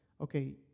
Okay